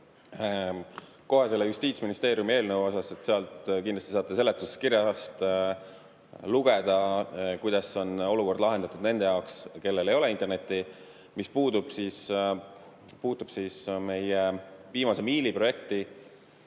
Selle Justiitsministeeriumi eelnõu puhul te kindlasti saate seletuskirjast lugeda, kuidas on olukord lahendatud nende jaoks, kellel ei ole internetti. Mis puutub viimase miili projekti,